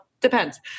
depends